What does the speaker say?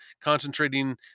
concentrating